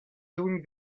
doing